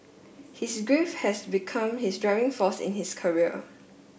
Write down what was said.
his grief has become his driving force in his career